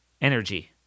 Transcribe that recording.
energy